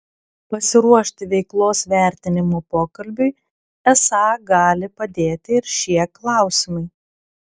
pasiruošti veiklos vertinimo pokalbiui esą gali padėti ir šie klausimai